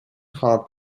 hard